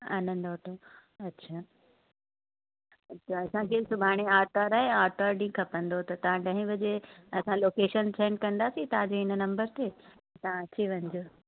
आनंद auto अच्छा अच्छा असांखे सुभाणे आर्तवार आहे आर्तवार ॾींहं खपंदो त तव्हां ॾहें बजे असां लोकेशन सेंड कंदासीं तव्हांजे हिन नम्बर ते त तव्हां अची वञिजो